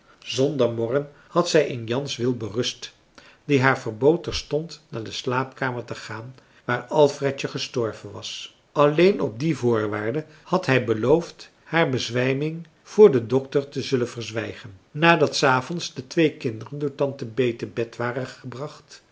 zonder morren had zij in jan's wil berust die haar verbood terstond naar de slaapkamer te gaan waar alfredje gestorven was alleen op die voorwaarde had hij beloofd haar bezwijming voor den dokter te zullen verzwijgen nadat s avonds de twee kinderen door tante bee te marcellus emants een drietal novellen bed waren gebracht